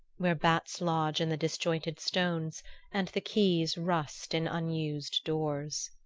where bats lodge in the disjointed stones and the keys rust in unused doors.